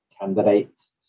candidates